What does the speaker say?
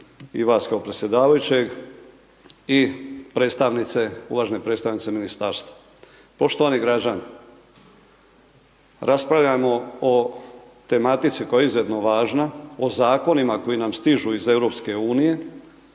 i vas kao predsjedavajućeg i predstavnice, uvažene predstavnice ministarstva. Poštovani građani raspravljamo o tematici koja je izuzetno važna, o zakonima koji nam stižu iz EU